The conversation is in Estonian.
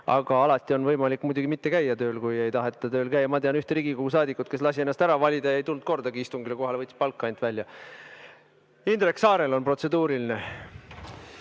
Aga alati on võimalik muidugi mitte käia tööl, kui ei taheta tööl käia. Ma tean ühte Riigikogu saadikut, kes lasi ennast ära valida ja ei tulnud kordagi istungile kohale, võttis ainult palka välja. Indrek Saarel on protseduuriline.